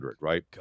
right